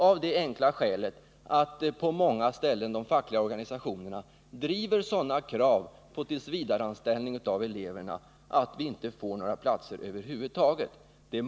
Skälet härtill är helt enkelt att de fackliga organisationerna på många platser driver sådana krav på tillsvidareanställning av eleverna att företagen över huvud taget inte släpper till några platser.